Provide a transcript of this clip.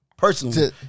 Personally